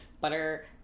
butter